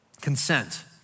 Consent